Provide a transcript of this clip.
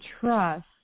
trust